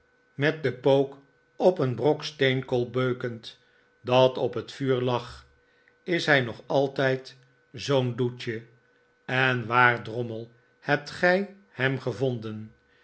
met den pook op een brok steenkool beukend dat op het vuur lag is hij nog altijd zoo'n doetje en waar drommel hebt gij hem gevonden